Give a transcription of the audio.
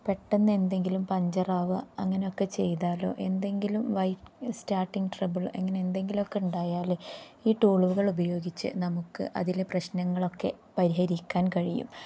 പെട്ടെന്ന് എന്തെങ്കിലും പഞ്ചറാവുക അങ്ങനെയൊക്കെ ചെയ്താലോ എന്തെങ്കിലും വൈറ്റ് സ്റ്റാർട്ടിങ് ട്രബിൾ എങ്ങനെ എന്തെങ്കിലൊക്കെ ഉണ്ടായാൽ ഈ ടൂളുകൾ ഉപയോഗിച്ച് നമുക്ക് അതിലെ പ്രശ്നങ്ങളൊക്കെ പരിഹരിക്കാൻ കഴിയും